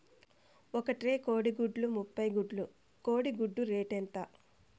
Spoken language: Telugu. ఒక ట్రే కోడిగుడ్లు ముప్పై గుడ్లు కోడి గుడ్ల రేటు ఎంత?